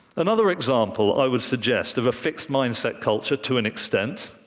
another example, i would suggest, of a fixed-mindset culture, to an extent,